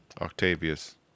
octavius